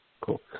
Cool